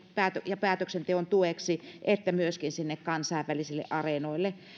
ja päätöksenteon tueksi että myöskin sinne kansainvälisille areenoille